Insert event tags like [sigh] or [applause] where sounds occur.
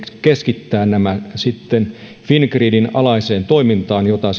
keskittää nämä sitten fingridin alaiseen toimintaan jota [unintelligible]